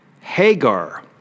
Hagar